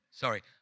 sorry